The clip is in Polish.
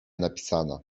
napisana